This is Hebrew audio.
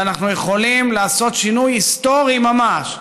ואנחנו יכולים לעשות שינוי היסטורי ממש,